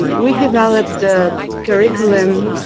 we've developed curriculum.